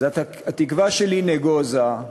אז התקווה שלי נגוזה,